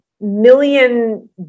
million